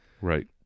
Right